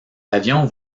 avions